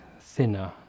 thinner